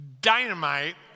dynamite